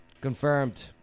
confirmed